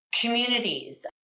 communities